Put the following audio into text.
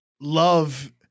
love